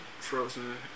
frozen